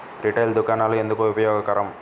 Retail దుకాణాలు ఎందుకు ఉపయోగకరం?